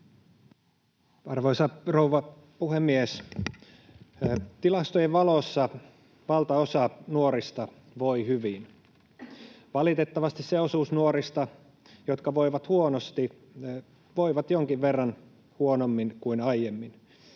Arvoisa rouva puhemies! Tilastojen valossa valtaosa nuorista voi hyvin. Valitettavasti se osuus nuorista, joka voi huonosti, voi jonkin verran huonommin kuin aiemmin.